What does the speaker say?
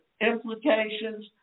implications